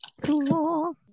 Cool